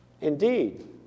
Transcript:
Indeed